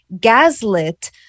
gaslit